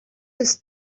his